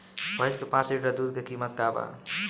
भईस के पांच लीटर दुध के कीमत का बा?